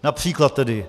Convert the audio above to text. Například tedy: